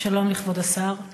שלום לכבוד השר.